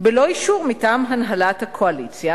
בלא אישור מטעם הנהלת הקואליציה,